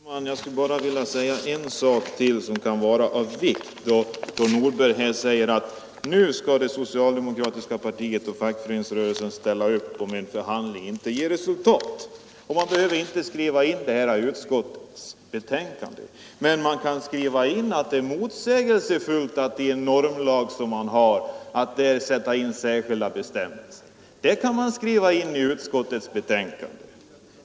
Herr talman! Jag skulle bara vilja säga en sak till som kan vara av vikt. Herr Nordberg förklarade att nu skall det socialdemokratiska partiet och fackföreningsrörelsen ställa upp om en förhandling inte ger resultat, och man behöver inte skriva in detta i utskottets betänkande. Men man kan skriva in i utskottets betänkande att det är motsägelsefullt att i en normallag, som man har, sätta in särskilda bestämmelser.